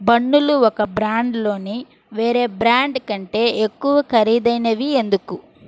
బన్నులు ఒక బ్రాండ్లోని వేరే బ్రాండు కంటే ఎక్కువ ఖరీదైనవి ఎందుకు